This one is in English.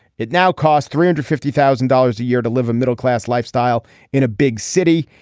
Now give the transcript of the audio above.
it now costs three hundred fifty thousand dollars a year to live a middle class lifestyle in a big city.